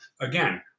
Again